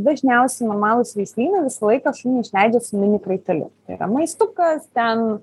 dažniausiai normalūs veislynai visą laiką šunį išleidžia su mini kraiteliu tai yra maistukas ten